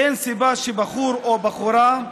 אין סיבה שבחור או בחורה,